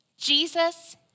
Jesus